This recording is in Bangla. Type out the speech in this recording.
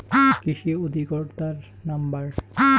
কৃষি অধিকর্তার নাম্বার?